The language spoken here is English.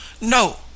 no